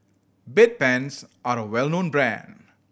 Bedpans are a well known brand